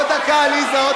עוד דקה, עליזה.